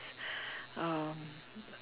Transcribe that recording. um